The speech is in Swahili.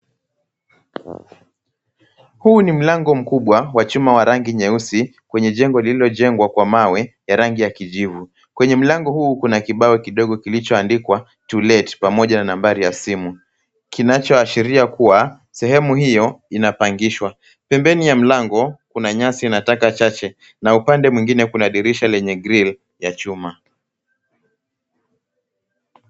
Huu ni mlango mkubwa wa chuma ya rangi nyeusi kwenye jengo lililojengwa kwa mawe ya rangi ya kijivu. Kwenye mlango huu, kuna kibao kidogo kilichoandikwa "TO LET" pamoja na nambari ya simu, kinachoashiria kuwa sehemu hiyo inapangishwa. Pembeni ya mlango, kuna nyasi na taka chache na upande mwingine, kuna dirisha lenye grill ya chuma.